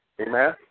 Amen